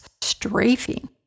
strafing